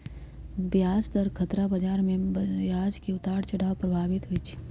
ब्याज दर खतरा बजार में ब्याज के उतार चढ़ाव प्रभावित होइ छइ